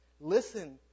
Listen